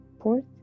fourth